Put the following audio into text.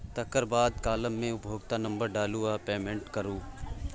तकर बाद काँलम मे उपभोक्ता नंबर डालु आ पेमेंट करु